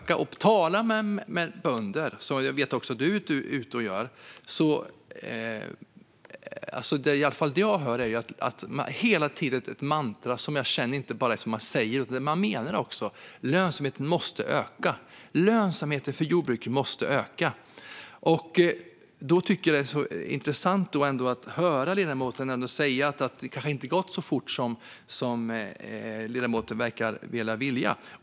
När jag talar med bönder - vilket jag vet att också ledamoten är ute och gör - hör jag hela tiden ett mantra som jag känner att man inte bara säger utan också menar: Lönsamheten måste öka. Lönsamheten för jordbruket måste öka. Jag tycker att det är intressant att höra ledamoten säga att det kanske inte har gått så fort som ledamoten verkar vilja.